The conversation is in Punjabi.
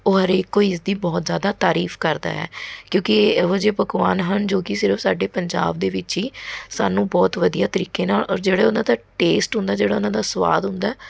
ਉਹ ਹਰੇਕ ਕੋਈ ਇਸ ਦੀ ਬਹੁਤ ਜ਼ਿਆਦਾ ਤਾਰੀਫ ਕਰਦਾ ਹੈ ਕਿਉਂਕਿ ਇਹ ਇਹੋ ਜਿਹੇ ਪਕਵਾਨ ਹਨ ਜੋ ਕਿ ਸਿਰਫ ਸਾਡੇ ਪੰਜਾਬ ਦੇ ਵਿੱਚ ਹੀ ਸਾਨੂੰ ਬਹੁਤ ਵਧੀਆ ਤਰੀਕੇ ਨਾਲ ਔਰ ਜਿਹੜਾ ਉਹਨਾਂ ਦਾ ਟੇਸਟ ਹੁੰਦਾ ਜਿਹੜਾ ਉਹਨਾਂ ਦਾ ਸਵਾਦ ਹੁੰਦਾ